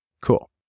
cool